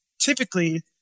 Typically